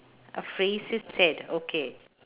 a phrase is said okay